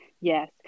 Yes